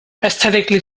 aesthetically